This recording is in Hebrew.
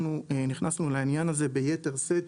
אנחנו נכנסנו לעניין הזה ביתר שאת.